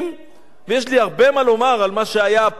יש לי הרבה מה לומר על מה שהיה פה במוצאי-שבת,